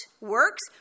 works